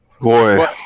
boy